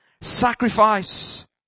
sacrifice